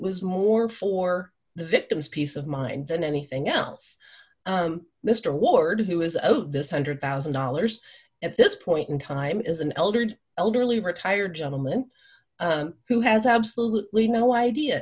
was more for the victim's peace of mind than anything else mr ward who is owed this one hundred thousand dollars at this point in time is an eldred elderly retired gentleman who has absolutely no idea